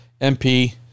MP